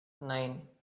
nine